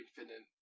infinite